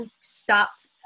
stopped